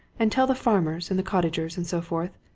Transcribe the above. and tell the farmers, and the cottagers, and so forth,